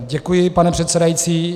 Děkuji, pane předsedající.